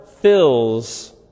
fills